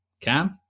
Cam